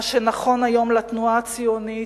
מה שנכון היום לתנועה הציונית,